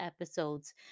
episodes